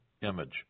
image